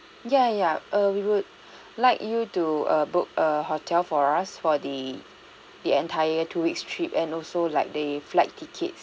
ya ya ya err we would like you to err book a hotel for us for the the entire two weeks trip and also like the flight tickets